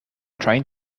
trying